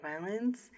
violence